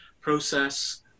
process